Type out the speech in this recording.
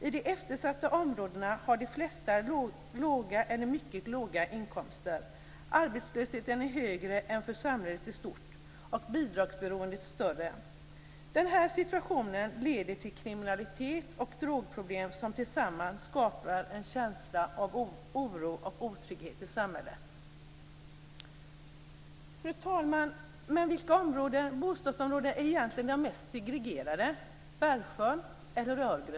I de eftersatta områdena har de flesta låga eller mycket låga inkomster, arbetslösheten är högre än för samhället i stort, och bidragsberoendet är större. Den här situationen leder till kriminalitet och drogproblem som tillsammans skapar en känsla av oro och otrygghet i samhället. Fru talman! Men vilka bostadsområden är egentligen de mest segregerade? Är det Bergsjön eller Örgryte?